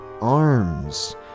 arms